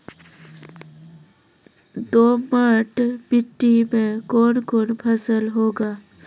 दोमट मिट्टी मे कौन कौन फसल होगा?